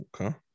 Okay